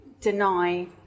deny